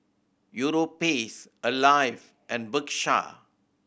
Europace Alive and Bershka